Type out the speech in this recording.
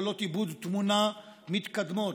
יכולות עיבוד תמונה מתקדמות,